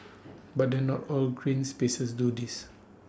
but then not all green spaces do this